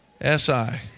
S-I